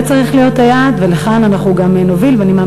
זה צריך להיות היעד, ולכאן אנחנו גם נוביל,